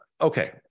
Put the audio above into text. okay